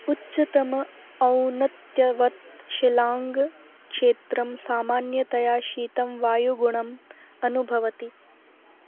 उच्चतमं औन्नत्यवत् शिलाङ्ग् क्षेत्रं सामान्यतया शीतं वायुगुणम् अनुभवति